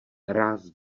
ráz